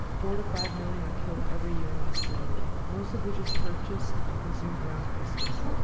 four to five million are killed every year in australia, most of which is purchased and consumed around christmas.